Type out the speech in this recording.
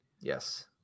Yes